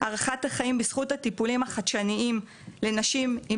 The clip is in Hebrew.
הארכת החיים בזכות הטיפולים החדשניים לנשים עם